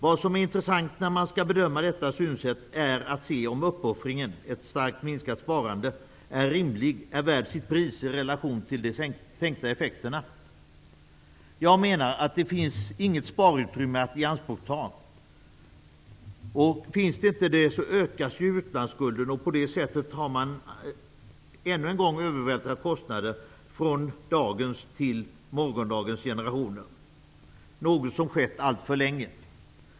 Vad som är intressant när man skall bedöma detta synsätt är att se om uppoffringen, ett starkt minskat sparande, är rimlig, är värd sitt pris i relation till de tänkta effekterna. Jag menar att det inte finns något sparutrymme att ianspråkta. När det inte finns, ökas utlandsskulden. På det sättet har man ännu en gång övervältrat kostnader från dagens till morgondagens generationer, något som pågått alltför länge.